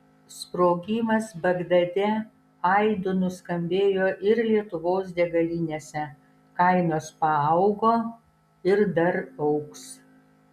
sprogimas bagdade aidu nuskambėjo ir lietuvos degalinėse kainos paaugo ir dar augs